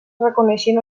reconeixien